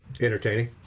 Entertaining